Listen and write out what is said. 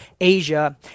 Asia